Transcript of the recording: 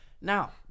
now